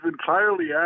Entirely